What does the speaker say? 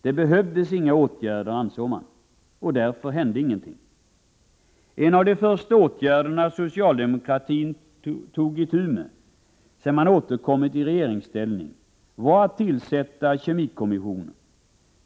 Det behövdes inga åtgärder, ansåg man. Därför hände ingenting. En av de första åtgärderna socialdemokratin vidtog sedan man återkommit i regeringsställning var att tillsätta kemikommissionen.